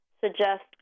suggest